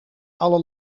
alle